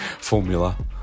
formula